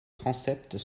transept